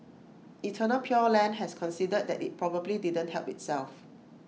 eternal pure land has conceded that IT probably didn't help itself